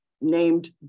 named